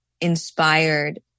inspired